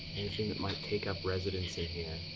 anything that might take up residence in here,